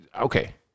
okay